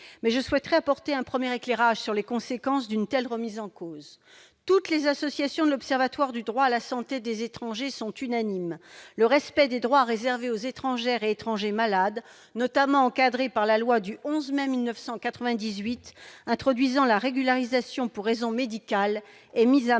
mais je souhaite apporter un premier éclairage sur les conséquences d'une telle remise en cause. Toutes les associations membres de l'Observatoire du droit à la santé des étrangers, l'ODSE, sont unanimes : le respect des droits réservés aux étrangères et étrangers malades, droits notamment encadrés par la loi du 11 mai 1998 introduisant la régularisation pour raisons médicales, est mis à mal